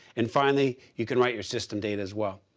and finally, you can write your system data as well.